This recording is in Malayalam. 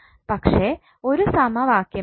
പക്ഷെ ഒരു സമവാക്യമേ ഉള്ളു